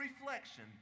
reflection